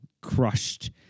crushed